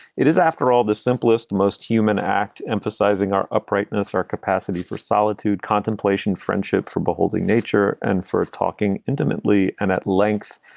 it is, after all, the simplest, most human act emphasizing our uprightness, our capacity for solitude, contemplation, friendship, for beholding nature, and for talking intimately and at length.